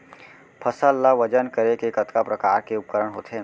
फसल ला वजन करे के कतका प्रकार के उपकरण होथे?